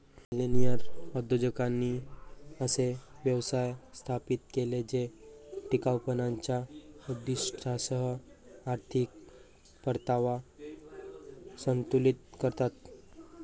millennial उद्योजकांनी असे व्यवसाय स्थापित केले जे टिकाऊपणाच्या उद्दीष्टांसह आर्थिक परतावा संतुलित करतात